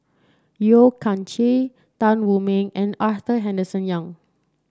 Yeo Kian Chye Tan Wu Meng and Arthur Henderson Young